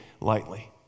lightly